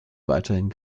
weiterhin